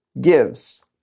gives